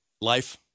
Life